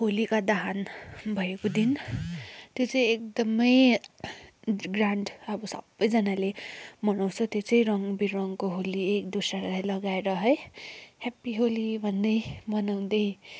होलीका दाहन भएको दिन त्यो चाहिँ एकदमै ग्रान्ड अब सबैजनाले मनाउँछ त्यो चाहिँ रङ विरङको होली एक दुस्रालाई लगाएर है हेप्पी होली भन्दै मनाउँदै